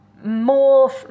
more